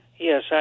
Yes